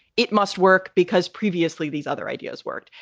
it must work, because previously these other ideas worked.